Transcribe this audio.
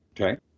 Okay